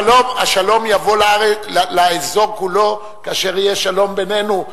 הרי השלום יבוא לאזור כולו כאשר יהיה שלום בינינו,